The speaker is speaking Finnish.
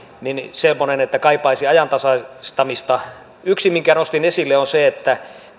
semmoinen että kaipaisi ajantasaistamista yksi minkä nostin esille on se että